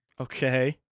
Okay